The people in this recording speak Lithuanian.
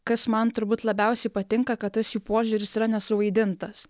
kas man turbūt labiausiai patinka kad tas jų požiūris yra nesuvaidintas